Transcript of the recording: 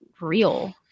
real